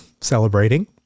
celebrating